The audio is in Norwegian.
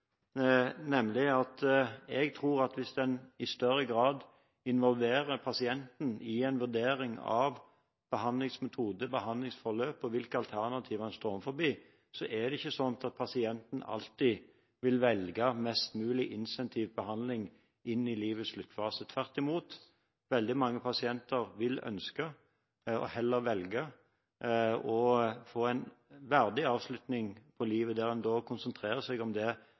Jeg tror at hvis en i større grad involverer pasienten i en vurdering av behandlingsmetode, behandlingsforløp og hvilke alternativ en står overfor, så er det ikke sånn at pasienten alltid vil velge mest mulig intensiv behandling inn i livets sluttfase. Tvert imot, veldig mange pasienter vil ønske og heller velge å få en verdig avslutning på livet der en konsentrerer seg om det